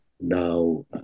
now